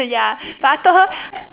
ya but I told her